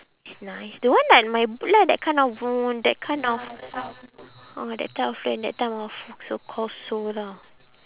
is nice the one like my boot lah that kind of that kind of ah that kind of trend that type of so call sole lah